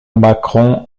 macron